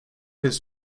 his